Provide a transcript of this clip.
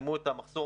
צמצמו את המחסור